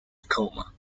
tacoma